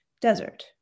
desert